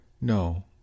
No